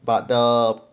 but the